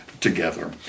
together